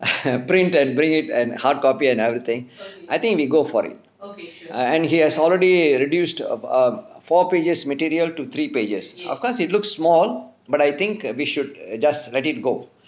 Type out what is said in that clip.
print and bring it and hardcopy and everything I think we go for it and he has already reduced to err four pages material to three pages of course it looks small but I think we should just let it go